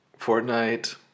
Fortnite